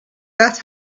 that